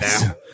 now